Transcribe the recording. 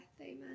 Amen